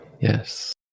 yes